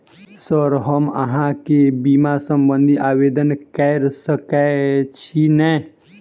Sir हम अहाँ केँ बीमा संबधी आवेदन कैर सकै छी नै?